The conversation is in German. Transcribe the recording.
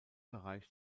bereich